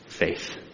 faith